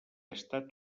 estat